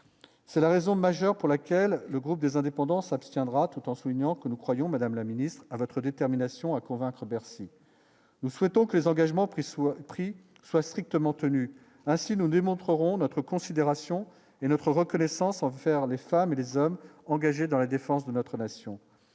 C'est la raison majeure pour laquelle le groupe des indépendants s'abstiendra tout en soulignant que nous croyons, Madame la Ministre à votre détermination à convaincre Bercy, nous souhaitons que les engagements pris soient pris soit strictement tenu ainsi nous démontrerons notre considération et ne provoque l'essence sans faire des femmes et des hommes engagés dans la défense de notre nation